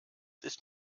ist